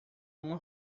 uma